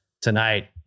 tonight